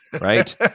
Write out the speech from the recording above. Right